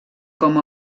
com